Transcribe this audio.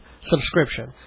subscription